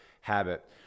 habit